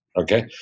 okay